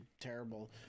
terrible